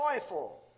joyful